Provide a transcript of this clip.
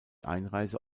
einreise